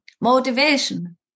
motivation